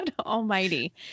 almighty